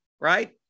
right